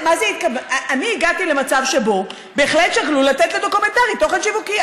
אני הגעתי למצב שבו בהחלט שקלו לתת לדוקומנטרי תוכן שיווקי.